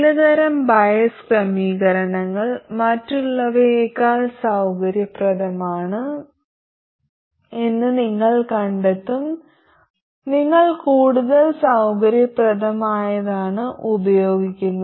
ചിലതരം ബയസ് ക്രമീകരണങ്ങൾ മറ്റുള്ളവയേക്കാൾ സൌകര്യപ്രദമാണെന്ന് നിങ്ങൾ കണ്ടെത്തും നിങ്ങൾ കൂടുതൽ സൌകര്യപ്രദമായതാണ് ഉപയോഗിക്കുന്നത്